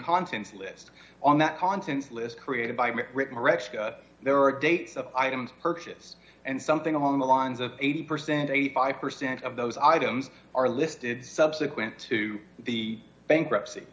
contents list on that constance list created by me there are dates of items purchase and something along the lines of eighty percent eighty five percent of those items are listed subsequent to the bankruptcy